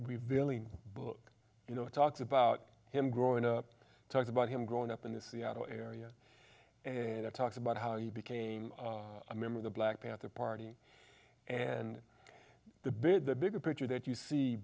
revealing book you know it talks about him growing up talking about him growing up in the seattle area and it talks about how he became a member of the black panther party and the bit the bigger picture that you see